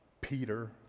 Peter